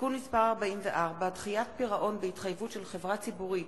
(תיקון מס' 44) (דחיית פירעון בהתחייבות של חברה ציבורית